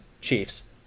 Chiefs